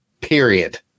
period